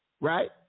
right